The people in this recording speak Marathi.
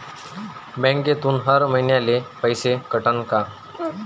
बँकेतून हर महिन्याले पैसा कटन का?